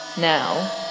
Now